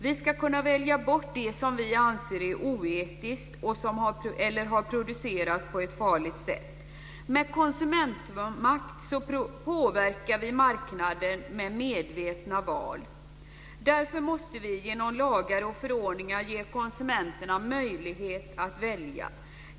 Vi ska kunna välja bort det som vi anser är oetiskt eller har producerats på ett farligt sätt. Med konsumentmakt påverkar vi marknaden genom medvetna val. Därför måste vi genom lagar och förordningar ge konsumenterna möjligheten att välja.